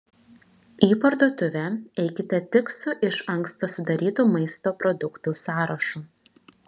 į parduotuvę eikite tik su iš anksto sudarytu maisto produktų sąrašu